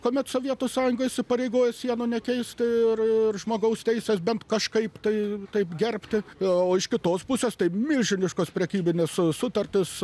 kuomet sovietų sąjunga įsipareigojo sienų nekeisti ir ir žmogaus teises bent kažkaip tai taip gerbti o iš kitos pusės tai milžiniškos prekybinės sutartys